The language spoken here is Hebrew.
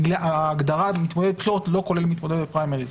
שההגדרה "מתמודד בבחירות" לא כוללת מתמודד בפריימריז.